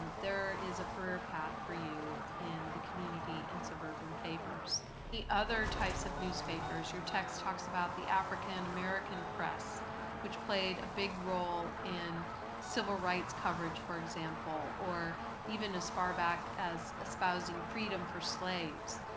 there is a career path for you in the community and suburban papers. the other types of newspapers, your text talks about the african american press which played a big role in civil rights coverage for example or even as far back as espousing freedom for slaves.